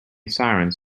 sirens